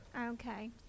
Okay